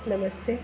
ನಮಸ್ತೆ